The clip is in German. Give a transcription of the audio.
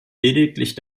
lediglich